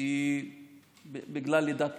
היא בגלל לידת פגים,